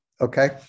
okay